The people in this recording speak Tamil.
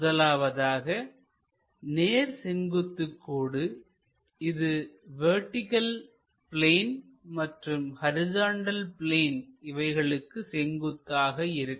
முதலாவதாக நேர் செங்குத்துக் கோடு இது வெர்டிகள் பிளேன் மற்றும் ஹரிசாண்டல் பிளேன் இவைகளுக்கு செங்குத்தாக இருக்கும்